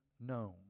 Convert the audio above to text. known